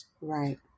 Right